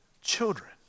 children